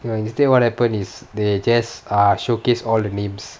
you know instead what happened is they just err showcase all the names